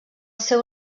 seu